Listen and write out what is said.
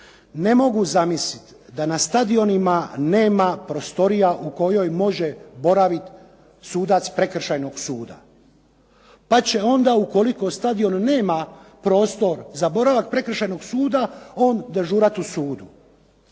Ne mogu zamisliti da na stadionima nema prostorija u kojima može boraviti sudac prekršajnog suda, pa će onda ukoliko stadion nema prostor za boravak prekršajnog suda on dežurati u sudu.